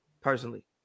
personally